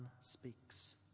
speaks